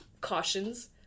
Cautions